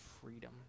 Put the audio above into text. freedom